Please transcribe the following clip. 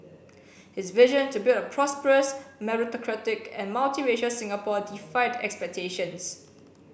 his vision to build a prosperous meritocratic and multiracial Singapore defied expectations